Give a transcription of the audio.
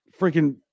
freaking